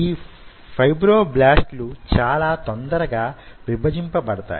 ఈ ఫైబ్రోబ్లాస్ట్ లు చాలా తొందరగా విభజింపబడతాయి